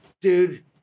Dude